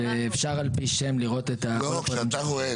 כשאתה רואה,